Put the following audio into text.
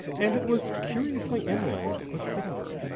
and it was curiously inlaid with silver.